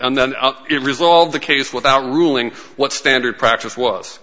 and then it resolved the case without ruling what standard practice was